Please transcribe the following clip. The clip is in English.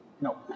no